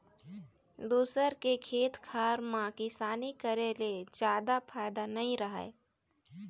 दूसर के खेत खार म किसानी करे ले जादा फायदा नइ रहय